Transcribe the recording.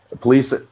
police